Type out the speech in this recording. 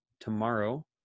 tomorrow